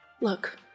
Look